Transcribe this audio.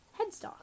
headstock